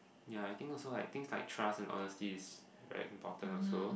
ya I think so like things like trust and honesty is very important also